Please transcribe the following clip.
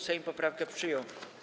Sejm poprawkę przyjął.